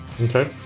Okay